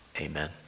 amen